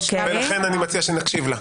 ולכן אני מציע שנקשיב לה.